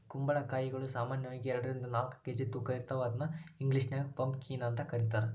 ಕುಂಬಳಕಾಯಿಗಳು ಸಾಮಾನ್ಯವಾಗಿ ಎರಡರಿಂದ ನಾಲ್ಕ್ ಕೆ.ಜಿ ತೂಕ ಇರ್ತಾವ ಇದನ್ನ ಇಂಗ್ಲೇಷನ್ಯಾಗ ಪಂಪಕೇನ್ ಅಂತ ಕರೇತಾರ